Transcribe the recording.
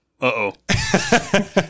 Uh-oh